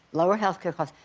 lower health care costs.